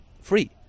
free